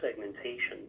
segmentation